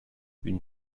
une